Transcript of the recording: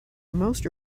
most